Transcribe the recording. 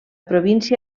província